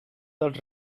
dels